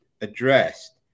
addressed